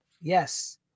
yes